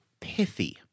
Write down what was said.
pithy